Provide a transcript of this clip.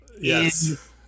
Yes